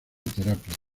terapias